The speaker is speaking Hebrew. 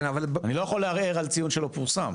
אני לא יכול להעריך ציון שלא פורסם.